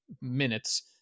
minutes